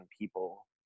people